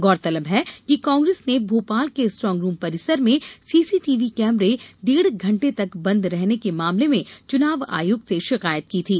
गौरतलब है कि कांग्रेस ने भोपाल के स्ट्रांगरूम परिसर में सीसीटीवी कैमरें डेढ़ घंटे तक बंद रहने के मामले में चुनाव आयोग से शिकायत की थी